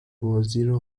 بازیرو